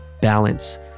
balance